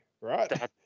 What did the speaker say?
right